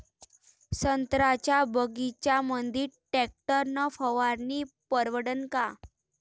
संत्र्याच्या बगीच्यामंदी टॅक्टर न फवारनी परवडन का?